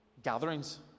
Gatherings